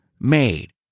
made